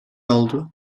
oldu